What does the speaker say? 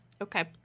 okay